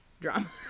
drama